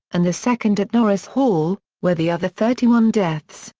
and the second at norris hall, where the other thirty one deaths,